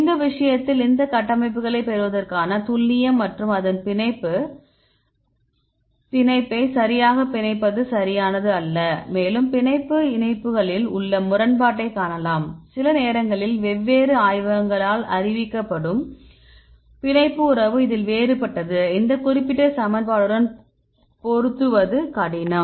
இந்த விஷயத்தில் இந்த கட்டமைப்புகளைப் பெறுவதற்கான துல்லியம் மற்றும் அதன் பிணைப்பை சரியாகப் பிணைப்பது சரியானது அல்ல மேலும் பிணைப்பு இணைப்புகளில் உள்ள முரண்பாட்டை காணலாம் சில நேரங்களில் வெவ்வேறு ஆய்வகங்களால் அறிவிக்கப்படும் பிணைப்பு உறவு இதில் வேறுபட்டது இந்த குறிப்பிட்ட சமன்பாட்டுடன் பொருந்துவது கடினம்